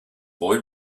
boy